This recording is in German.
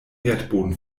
erdboden